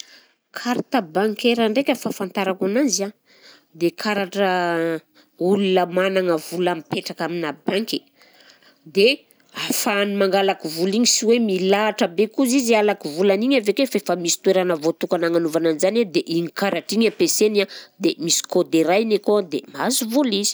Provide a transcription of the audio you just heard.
Carte bancaire ndraika fahafantarako ananzy a, dia karatra olona managna vola mipetraka aminà banky, dia ahafahany mangalaka vola igny sy hoe milahatra be koza izy halaka i volany igny avy akeo, fa efa misy toerana voatokana agnanovana an'zany dia iny karatra iny ampiasainy a, dia misy code irahana dia mahazo vola izy.